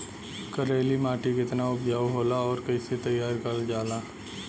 करेली माटी कितना उपजाऊ होला और कैसे तैयार करल जाला?